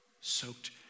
soaked